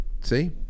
see